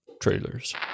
trailers